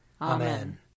Amen